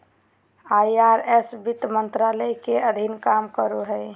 IRS वित्त मंत्रालय के अधीन काम करो हय